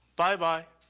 bye-bye,